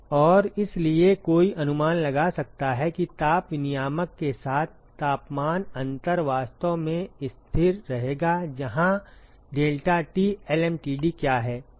और इसलिए कोई अनुमान लगा सकता है कि ताप विनिमायक के साथ तापमान अंतर वास्तव में स्थिर रहेगा यहाँ deltaT lmtd क्या है